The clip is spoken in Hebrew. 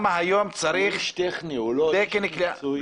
הוא איש טכני, הוא לא איש מקצועי.